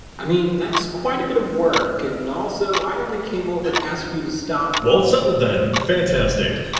i mean, that's quite a bit of work, and also i only came over to ask you to stop. well it's settled then. fantastic!